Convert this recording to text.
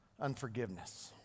unforgiveness